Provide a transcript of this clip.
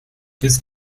ist